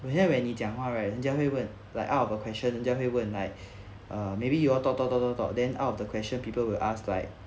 is that when 你讲话 right 人家会问 like out of a question 人家会问 like err maybe you all talk talk talk talk talk then out of the question people will ask like